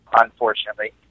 unfortunately